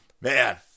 Man